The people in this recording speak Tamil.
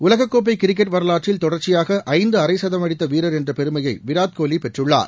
டலகக் கோப்பை கிரிக்கெட் வரலாற்றில் தொடர்ச்சியாக ஐந்து அரை கதம் அடித்த வீரர் என்ற பெருமையை விராட் கோலி பெற்றுள்ளார்